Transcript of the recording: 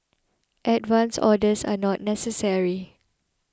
advance orders are not necessary